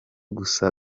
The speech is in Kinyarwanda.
gusa